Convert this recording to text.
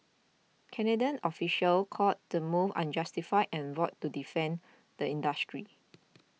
Canadian officials called the move unjustified and vowed to defend the industry